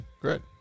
Great